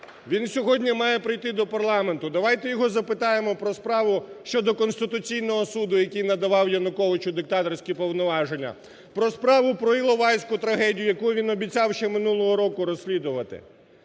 Він сьогодні має прийти до парламенту. Давайте його запитаємо про справу щодо Конституційного Суду, який надавав Януковичу диктаторські повноваження. Про справу про Іловайську трагедію, яку він обіцяв ще минулого року розслідувати!